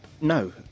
No